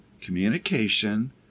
communication